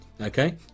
Okay